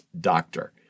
doctor